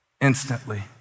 Instantly